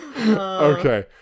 Okay